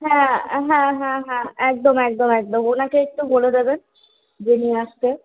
হ্যাঁ হ্যাঁ হ্যাঁ হ্যাঁ একদম একদম একদম ওনাকে একটু বলে দেবেন যে নিয়ে আসতে